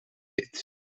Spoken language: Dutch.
hit